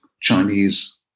Chinese